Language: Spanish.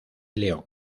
león